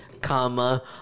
comma